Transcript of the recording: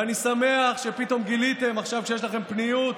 ואני שמח שפתאום גיליתם, עכשיו כשיש לכם פניות,